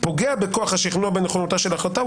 פוגע בכוח השכנוע בנכונותה של החלטה,